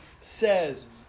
says